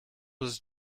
was